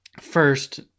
first